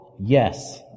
Yes